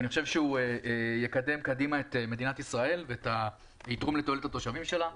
נוסח שיקדם קדימה את מדינת ישראל ויתרום לתועלת התושבים שלה.